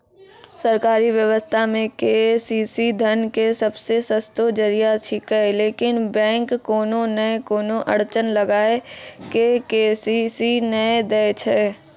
सरकारी व्यवस्था मे के.सी.सी धन के सबसे सस्तो जरिया छिकैय लेकिन बैंक कोनो नैय कोनो अड़चन लगा के के.सी.सी नैय दैय छैय?